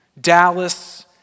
Dallas